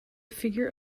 figure